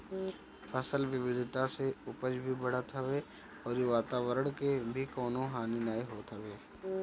फसल विविधता से उपज भी बढ़त हवे अउरी वातवरण के भी कवनो हानि नाइ होत हवे